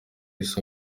isi